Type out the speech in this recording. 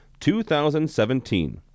2017